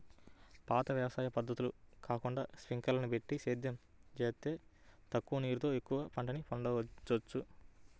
పాత వ్యవసాయ పద్ధతులు కాకుండా స్పింకర్లని బెట్టి సేద్యం జేత్తే తక్కువ నీరుతో ఎక్కువ పంటని పండిచ్చొచ్చు